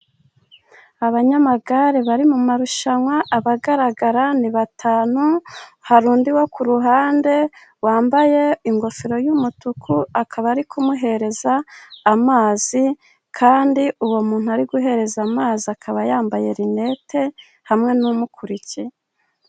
Abanyamagare bari mu marushanwa. Abagaragara ni batanu, hari undi wo ku ruhande wambaye ingofero y'umutuku, akaba ari kumuhereza amazi, kandi uwo muntu ari guhereza amazi akaba yambaye rinete, hamwe n'umukurikiye.